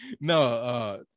No